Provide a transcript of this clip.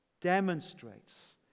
demonstrates